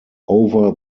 over